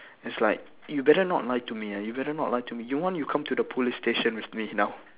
it's like you better not lie to me you better not lie to me you want you come to the police station with me now